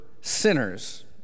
sinners